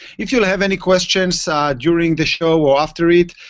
if you have any questions ah during the show or after it,